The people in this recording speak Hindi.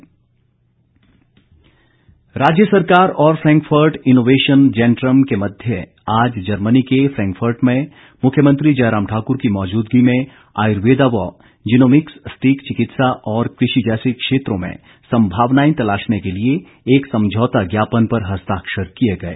समझौता ज्ञापन राज्य सरकार और फ्रैंकफर्ट इनोवेशन जैंटरम के मध्य आज जर्मनी के फ्रैंकफर्ट में मुख्यमंत्री जयराम ठाकुर की मौजूदगी में आयुर्वेदा व जीनोमिक्स स्टीक चिकित्सा और कृषि जैसे क्षेत्रों में संभावनाएं तलाशने के लिए एक समझौता ज्ञापन पर हस्ताक्षर किए गए